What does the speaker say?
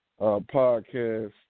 podcast